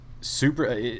Super